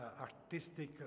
artistic